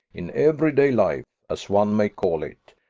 in every-day life, as one may call it.